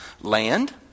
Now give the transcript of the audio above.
Land